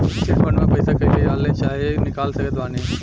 Chit fund मे पईसा कईसे डाल चाहे निकाल सकत बानी?